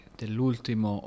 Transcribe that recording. dell'ultimo